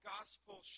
Gospel